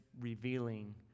revealing